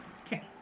Okay